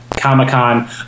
Comic-Con